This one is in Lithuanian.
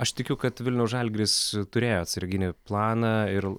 aš tikiu kad vilniaus žalgiris turėjo atsarginį planą ir